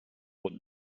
und